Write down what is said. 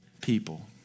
people